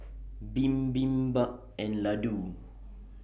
Bibimbap and Ladoo